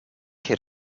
che